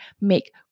make